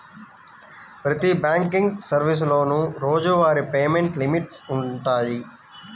ప్రతి బ్యాంకింగ్ సర్వీసులోనూ రోజువారీ పేమెంట్ లిమిట్స్ వుంటయ్యి